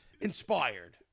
inspired